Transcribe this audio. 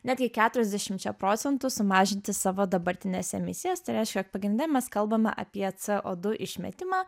netgi keturiasdešimčia procentų sumažinti savo dabartines emisijas tai reiškia jog pagrinde mes kalbame apie co du išmetimą